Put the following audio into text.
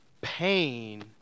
pain